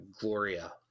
gloria